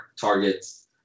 Targets